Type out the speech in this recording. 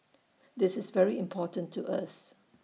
this is very important to us